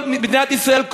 במדינת ישראל,